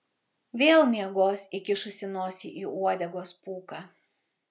vėl miegos įkišusi nosį į uodegos pūką